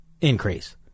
increase